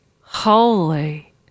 Holy